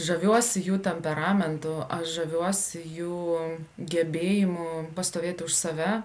žaviuosi jų temperamentu aš žaviuosi jų gebėjimu pastovėti už save